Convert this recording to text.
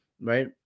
right